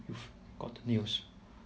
got the news